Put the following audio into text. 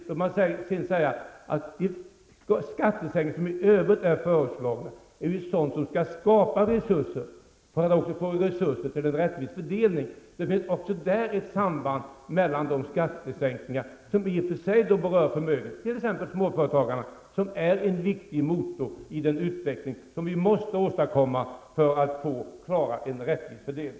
Låt mig sedan säga att den skattesänkning som i övrigt är föreslagen skall skapa resurser för en rättvis fördelning. Det finns ett samband mellan resursskapande och de skattesänkningar som i och för sig berör förmögenhet, t.ex. småföretagares, som är en viktig motor i den utveckling som vi måste åstadkomma för att klara en rättvis fördelning.